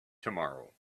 tomorrow